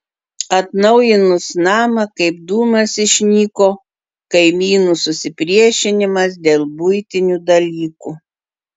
atnaujinus namą kaip dūmas išnyko kaimynų susipriešinimas dėl buitinių dalykų